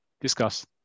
Discuss